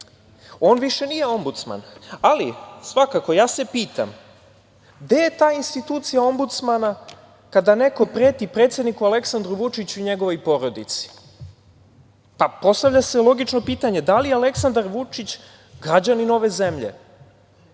više nije Ombudsman, ali svakako se pitam gde je ta institucija Ombudsmana kada neko preti predsedniku Aleksandru Vučiću i njegovoj porodici? Postavlja se logično pitanje, da li je Aleksandar Vučić građanin ove zemlje?